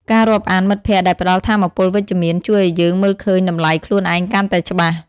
ការរាប់អានមិត្តភក្តិដែលផ្តល់ថាមពលវិជ្ជមាន ជួយឱ្យយើងមើលឃើញតម្លៃខ្លួនឯងកាន់តែច្បាស់។